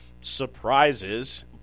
surprises